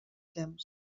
temps